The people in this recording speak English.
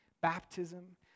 baptism